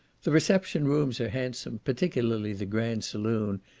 the reception rooms are handsome, particularly the grand saloon,